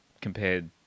compared